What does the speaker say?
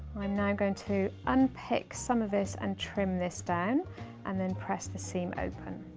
i'm now going to unpick some of this and trim this down and then press the seam open.